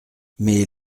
mais